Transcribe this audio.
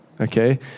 Okay